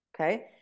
Okay